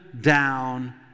down